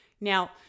Now